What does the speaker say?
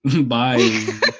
Bye